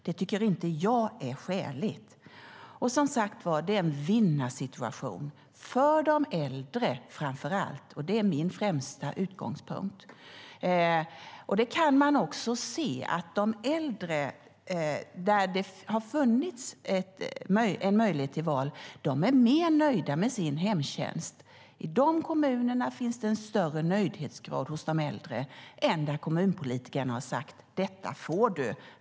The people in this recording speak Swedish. Det tycker inte jag är skäligt. Som sagt var: Det är en vinnarsituation för framför allt de äldre, och de är min främsta utgångspunkt. Man kan också se att de äldre där det har funnits en möjlighet att välja är mer nöjda med sin hemtjänst. I de kommunerna finns det en högre nöjdhetsgrad hos de äldre än där kommunpolitikerna har sagt: Detta får du.